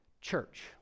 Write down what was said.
church